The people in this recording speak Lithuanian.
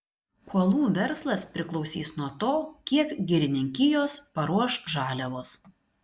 kuolų verslas priklausys nuo to kiek girininkijos paruoš žaliavos